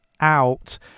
out